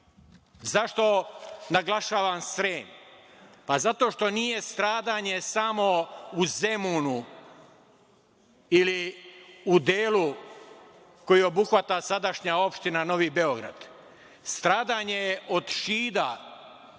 bitno.Zašto naglašavam Srem? Zato što nije stradanje samo u Zemunu ili u delu koji obuhvata sadašnja opština Novi Beograd. Stradanje je od Šida